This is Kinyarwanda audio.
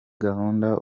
gahunda